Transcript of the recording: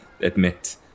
admit